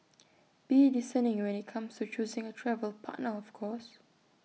be discerning when IT comes to choosing A travel partner of course